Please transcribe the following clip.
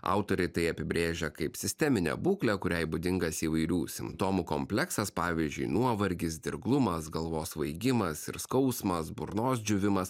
autoriai tai apibrėžia kaip sisteminę būklę kuriai būdingas įvairių simptomų kompleksas pavyzdžiui nuovargis dirglumas galvos svaigimas ir skausmas burnos džiūvimas